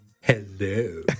hello